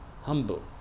humble